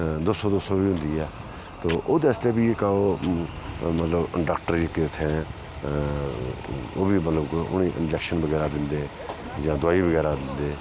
दो सौ दो सौ बी होंदी ऐ ते ओह्दे आस्तै बी इक मतलब डाक्टर इक इत्थें ओह् बी मतलब उनेंगी इंजैक्शन बगैरा दिंदे जां दुआई बगैरा दिंदे